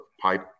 pipe